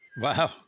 Wow